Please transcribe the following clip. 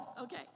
Okay